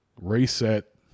reset